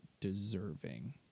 deserving